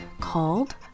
called